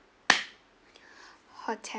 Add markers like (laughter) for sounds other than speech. (noise) hotel